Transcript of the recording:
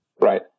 Right